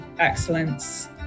excellence